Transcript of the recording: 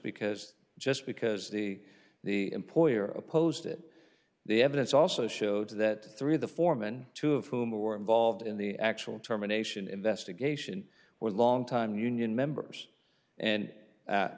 because just because the the employer opposed it the evidence also showed that three of the foremen two of whom were involved in the actual terminations investigation were longtime union members and a